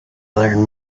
learn